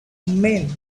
meant